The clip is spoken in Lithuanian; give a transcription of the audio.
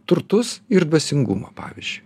turtus ir dvasingumą pavyzdžiui